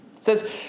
says